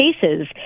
cases